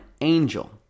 angel